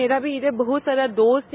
मेरा भी इंघर बहुत सारा दोस्त है